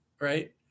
right